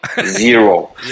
zero